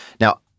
Now